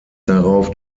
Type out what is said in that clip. darauf